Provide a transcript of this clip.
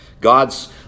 God's